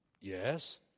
Yes